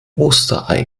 osterei